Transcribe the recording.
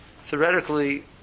theoretically